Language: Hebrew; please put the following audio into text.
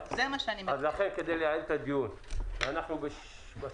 נעשה על זה את הדיון הכי יעיל, אחרי הקראת